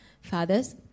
fathers